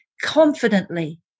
confidently